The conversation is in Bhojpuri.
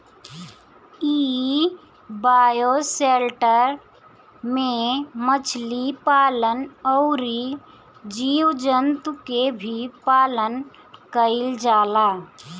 इ बायोशेल्टर में मछली पालन अउरी जीव जंतु के भी पालन कईल जाला